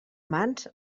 mans